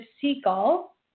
seagull